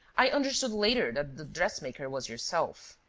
i understood later that the dressmaker was yourself.